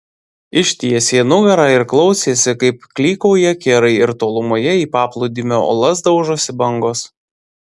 ištiesė nugarą ir klausėsi kaip klykauja kirai ir tolumoje į paplūdimio uolas daužosi bangos